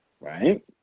Right